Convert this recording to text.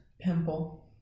pimple